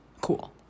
cool